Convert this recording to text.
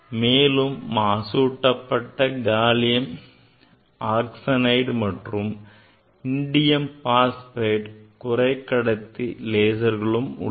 மேலும் மாசூட்டப்பட்ட gallium arsenide மற்றும் இண்டியம் பாஸ்பைடு குறைக்கடத்தி லேசர்களும் உள்ளன